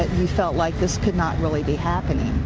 you felt like this could not really be happening.